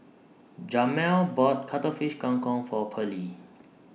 Jamel bought Cuttlefish Kang Kong For Pearlie